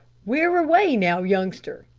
where away now, youngster,